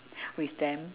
with them